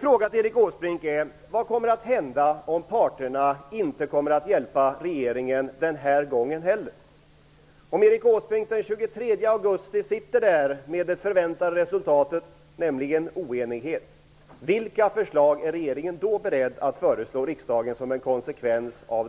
frågan gäller skatterna. Vad kommer att hända om parterna inte hjälper regeringen den här gången heller? Om Erik Åsbrink den 23 augusti sitter där med det förväntade resultatet, nämligen oenighet, vilka förslag är regeringen då beredd att komma med till riksdagen som en konsekvens härav?